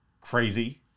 Crazy